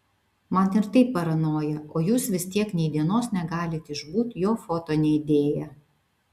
man ir taip paranoja o jūs vis tiek nei dienos negalit išbūt jo foto neįdėję